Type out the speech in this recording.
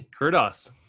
Kurdos